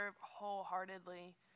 wholeheartedly